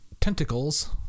tentacles